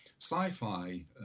sci-fi